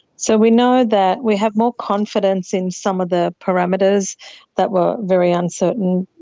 so we know that, we have more confidence in some of the parameters that were very uncertain,